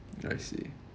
I see